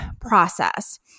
process